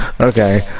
Okay